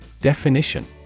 Definition